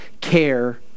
care